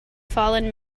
fallen